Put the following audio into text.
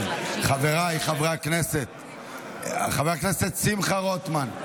חבריי חברי הכנסת, חבר הכנסת שמחה רוטמן,